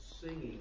singing